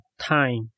Time